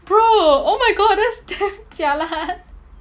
bro oh my god that's damn jialat